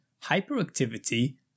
hyperactivity